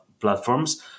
platforms